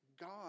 God